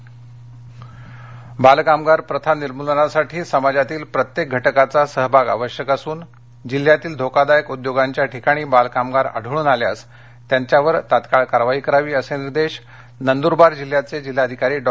बालकामगार नंदरवार बालकामगार प्रथा निर्मूलनासाठी समाजातील प्रत्येक घटकांचा सहभाग आवश्यक असून जिल्ह्यातील धोकादायक उद्योगांच्या ठिकाणी बाल कामगार आढळून आल्यास त्यांच्यावर तात्काळ कारवाई करावी असे निर्देश नंदुरबार जिल्ह्याचे जिल्हाधिकारी डॉ